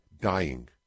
dying